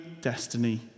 destiny